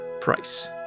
price